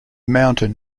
mountain